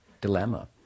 dilemma